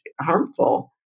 harmful